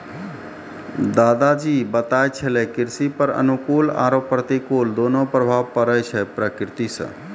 दादा जी बताय छेलै कृषि पर अनुकूल आरो प्रतिकूल दोनों प्रभाव पड़ै छै प्रकृति सॅ